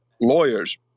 lawyers